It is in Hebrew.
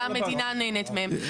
שהמדינה נהנית מהם.